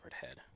head